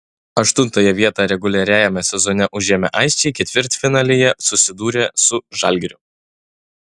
aštuntąją vietą reguliariajame sezone užėmę aisčiai ketvirtfinalyje susidūrė su žalgiriu